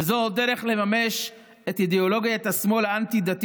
וזו עוד דרך לממש את אידיאולוגיית השמאל האנטי-דתי